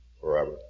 forever